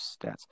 stats